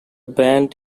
band